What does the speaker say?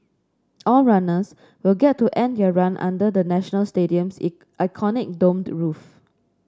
all runners will get to end their run under the National Stadium's iconic domed roof